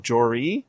Jory